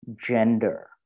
gender